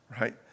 right